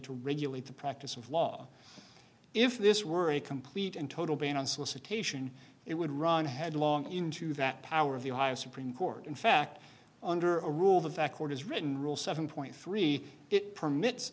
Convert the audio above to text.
to regulate the practice of law if this were a complete and total ban on solicitation it would run headlong into that power of the ohio supreme court in fact under a rule the fact is written rule seven point three it permits